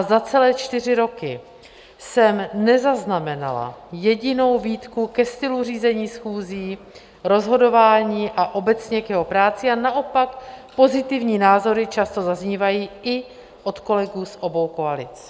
Za celé čtyři roky jsem nezaznamenala jedinou výtku ke stylu řízení schůzí, rozhodování a obecně k jeho práci, naopak pozitivní názory často zaznívají i od kolegů z obou koalic.